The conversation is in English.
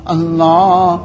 Allah